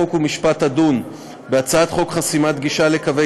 חוק ומשפט תדון בהצעת חוק חסימת גישה לקווי